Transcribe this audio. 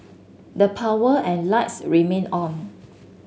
the power and lights remained on